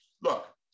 Look